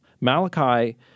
Malachi